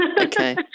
Okay